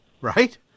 right